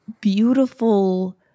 beautiful